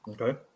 Okay